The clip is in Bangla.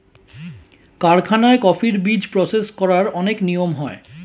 কারখানায় কফির বীজ প্রসেস করার অনেক নিয়ম হয়